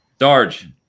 Darge